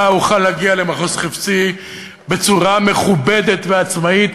אני אוכל להגיע למחוז חפצי בצורה מכובדת ועצמאית,